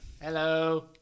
Hello